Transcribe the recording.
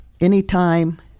anytime